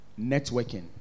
networking